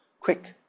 Quick